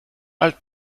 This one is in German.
alt